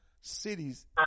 cities